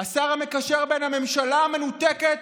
השר המקשר בין הממשלה המנותקת,